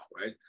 right